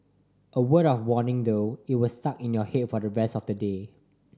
a word of warning though it was stuck in your head for the rest of the day